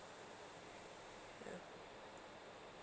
ya